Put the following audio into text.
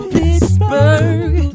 Pittsburgh